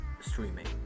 streaming